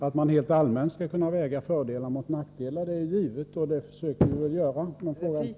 Att man helt allmänt skall kunna väga fördelar mot nackdelar är givet, och det försöker vi väl alltid göra, men frågan .